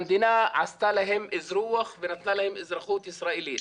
המדינה עשתה להם אזרוח ונתנה להם אזרחות ישראלית.